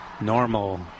normal